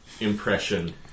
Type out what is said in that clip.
impression